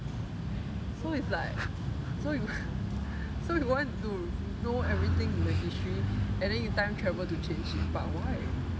so it's like so you want to know everything in the history and then you time travel to change it but why